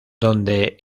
donde